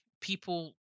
people